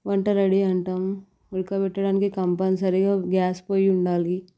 వంట రెడీ అంటాము ఉడకబెట్టడానికి కంపల్సరిగా గ్యాస్ పొయ్యి ఉండాలి